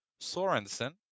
Sorensen